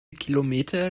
kilometer